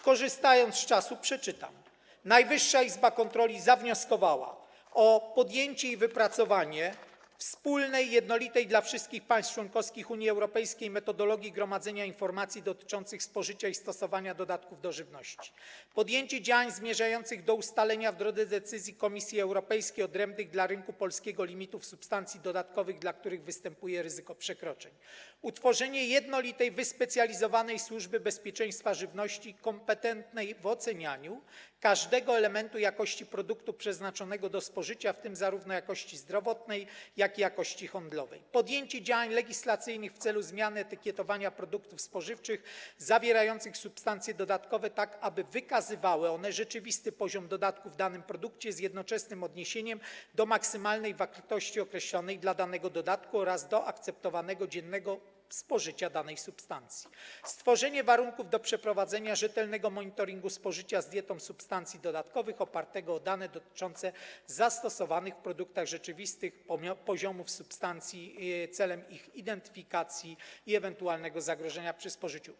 Korzystając z czasu, przeczytam: Najwyższa Iza Kontroli zawnioskowała o: podjęcie i wypracowanie wspólnej, jednolitej dla wszystkich państw członkowskich Unii Europejskiej metodologii gromadzenia informacji dotyczących spożycia i stosowania dodatków do żywności; podjęcie działań zmierzających do ustalenia w drodze decyzji Komisji Europejskiej odrębnych dla rynku polskiego limitów substancji dodatkowych, dla których występuje ryzyko przekroczeń; utworzenie jednolitej, wyspecjalizowanej służby bezpieczeństwa żywności, kompetentnej w ocenianiu każdego elementu jakości produktu przeznaczonego do spożycia, w tym zarówno jakości zdrowotnej, jak i jakości handlowej; podjęcie działań legislacyjnych w celu zmiany etykietowania produktów spożywczych zawierających substancje dodatkowe, tak aby wykazywało ono rzeczywisty poziom dodatków w danym produkcie, z jednoczesnym odniesieniem do maksymalnej wartości określonej dla danego dodatku oraz do akceptowalnego dziennego spożycia danej substancji; stworzenie warunków do przeprowadzenia rzetelnego monitoringu spożycia z dietą substancji dodatkowych opartego o dane dotyczące zastosowanych w produktach rzeczywistych poziomów substancji celem ich identyfikacji i ewentualnego zagrożenia przy spożyciu.